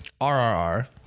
RRR